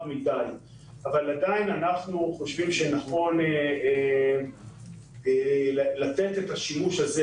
עדיין אנחנו חושבים שנכון לתת את השימוש הזה